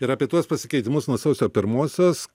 ir apie tuos pasikeitimus nuo sausio pirmosios